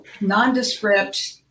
nondescript